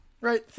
right